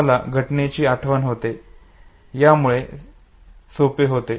तुम्हाला घटनेची आठवण होणे यामुळे सोपे होते